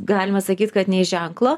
galima sakyt kad nei ženklo